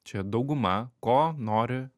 čia dauguma ko nori